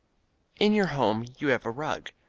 in your home you have a rug.